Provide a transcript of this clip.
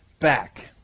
back